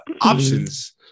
options